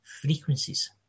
frequencies